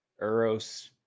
Eros